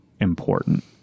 important